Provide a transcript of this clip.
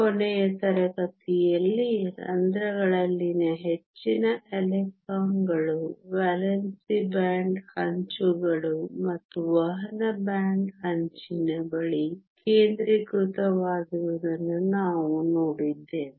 ಕೊನೆಯ ತರಗತಿಯಲ್ಲಿ ರಂಧ್ರಗಳಲ್ಲಿನ ಹೆಚ್ಚಿನ ಎಲೆಕ್ಟ್ರಾನ್ಗಳು ವೇಲೆನ್ಸಿ ಬ್ಯಾಂಡ್ ಅಂಚುಗಳು ಮತ್ತು ವಹನ ಬ್ಯಾಂಡ್ ಅಂಚಿನ ಬಳಿ ಕೇಂದ್ರೀಕೃತವಾಗಿರುವುದನ್ನು ನಾವು ನೋಡಿದ್ದೇವೆ